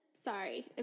Sorry